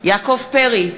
יעקב פרי,